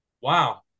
wow